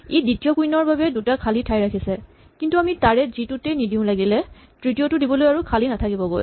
ই দ্বিতীয় কুইন ৰ বাবে দুটা ঠাই খালী ৰাখিছে কিন্তু আমি তাৰে যি টোতেই নিদিও লাগিলে তৃতীয়টো দিবলৈ আৰু খালী নাথাকিবগৈ